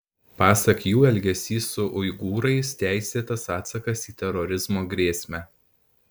pasak jų elgesys su uigūrais teisėtas atsakas į terorizmo grėsmę